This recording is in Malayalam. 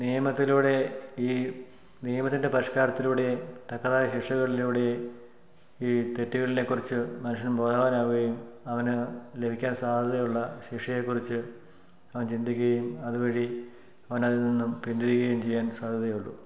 നിയമത്തിലൂടെ ഈ നിയമത്തിൻ്റെ പരിഷ്കാരത്തിലൂടെയും തക്കതായ ശിക്ഷകളിലൂടെ ഈ തെറ്റുകളിനെക്കുറിച്ച് മനുഷ്യൻ ബോധവാനാകുകയും അവൻ ലഭിക്കാൻ സാധ്യതയുള്ള ശിക്ഷയെക്കുറിച്ച് അവൻ ചിന്തിക്കുകയും അതു വഴി അവനതിൽ നിന്നും പിന്തിരിക്കുകയും ചെയ്യാൻ സാധ്യതകളുള്ളു